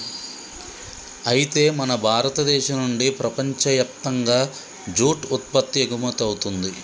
అయితే మన భారతదేశం నుండి ప్రపంచయప్తంగా జూట్ ఉత్పత్తి ఎగుమతవుతుంది